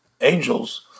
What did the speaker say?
angels